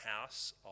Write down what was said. house